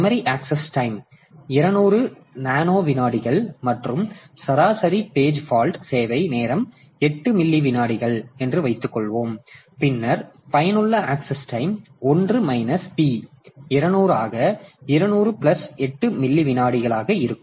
memory access time 200 nano விநாடிகள் மற்றும் சராசரி பேஜ் பால்ட் சேவை நேரம் 8 மில்லி விநாடிகள் என்று வைத்துக்கொள்வோம் பின்னர் பயனுள்ள ஆக்சஸ் டைம் 1 மைனஸ் p 200 ஆக 200 பிளஸ் 8 மில்லி விநாடிகளாக இருக்கும்